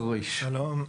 שלום.